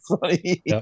funny